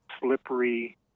slippery